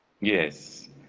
Yes